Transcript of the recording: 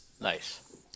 Nice